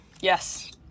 Yes